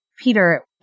Peter